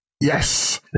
yes